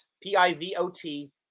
P-I-V-O-T